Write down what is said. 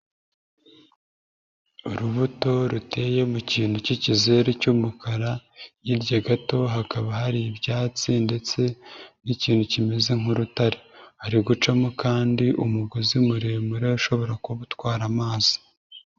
Urubuto ruteye mu kintu k'ikizeru cy'umukara, hirya gato hakaba hari ibyatsi, ndetse n'ikintu kimeze nk'urutare. Hari gucamo kandi umugozi muremure ushobora kuba utwara amazi.